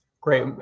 Great